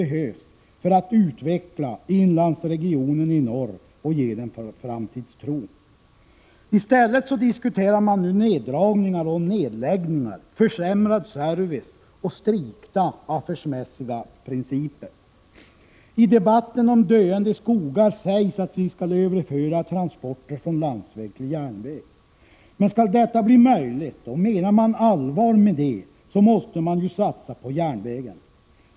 1986/87:113 behövs för att utveckla inlandsregionen i norr och ge den framtidstro. 29 april 1987 I stället diskuteras nu neddragningar och nedläggningar, försämrad service och strikta affärsmässiga principer. I debatten om döende skogar sägs att vi skall överföra transporter från landsväg till järnväg, men skall detta bli möjligt och menar man allvar med det, måste man ju satsa på järnvägen.